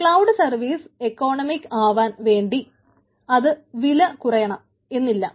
cloud service economic ആവാൻ വേണ്ടി അത് വില കുറയണം എന്നില്ല